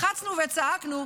לחצנו וצעקנו,